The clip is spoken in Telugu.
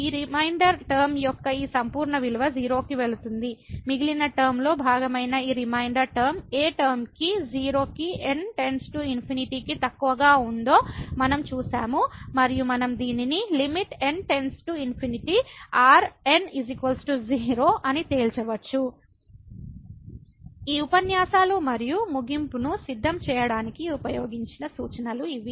ఈ రిమైండర్ టర్మ యొక్క ఈ సంపూర్ణ విలువ 0 కి వెళుతుంది మిగిలిన టర్మ లో భాగమైన ఈ రిమైండర్ టర్మ ఏ టర్మ కి 0 కి n→∞ కి తక్కువగా ఉందో మనం చూశాము మరియు మనం దీనిని n ∞ Rn 0 అని తేల్చవచ్చు ఈ ఉపన్యాసాలు మరియు ముగింపును సిద్ధం చేయడానికి ఉపయోగించిన సూచనలు ఇవి